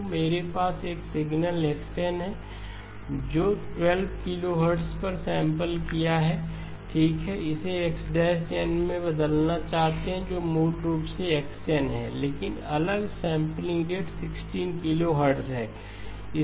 तो मेरे पास एक सिग्नल x n है जो 12 किलोहर्ट्ज़ पर सैंपल किया है ठीक है इसे x n में बदलना चाहते हैं जो मूल रूप से x n है लेकिन अलग सैंपलिंग रेट 16 किलोहर्ट्ज़ है